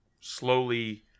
slowly